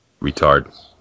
Retard